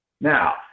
Now